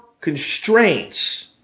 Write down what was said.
constraints